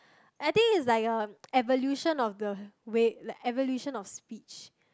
I think is like um evolution of the way like evolution of speech